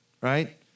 right